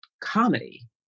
comedy